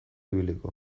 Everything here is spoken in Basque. ibiliko